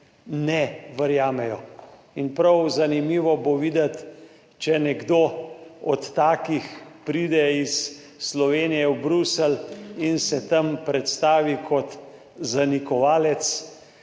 ne verjamejo. In prav zanimivo bo videti, če nekdo od takih pride iz Slovenije v Bruselj in se tam predstavi kot zanikovalec